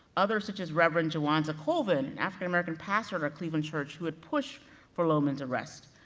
others, such as reverend jawanza colvin, an african american pastor at a cleveland church who would push for loehmann's arrest,